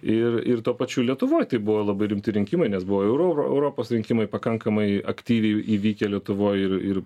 ir ir tuo pačiu lietuvoj tai buvo labai rimti rinkimai nes buvo ir oir europos rinkimai pakankamai aktyviai įvykę lietuvoj ir ir